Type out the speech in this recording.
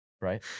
Right